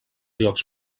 llocs